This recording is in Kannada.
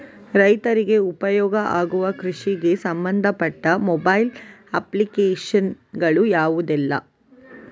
ರೈತರಿಗೆ ಉಪಯೋಗ ಆಗುವ ಕೃಷಿಗೆ ಸಂಬಂಧಪಟ್ಟ ಮೊಬೈಲ್ ಅಪ್ಲಿಕೇಶನ್ ಗಳು ಯಾವುದೆಲ್ಲ?